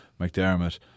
McDermott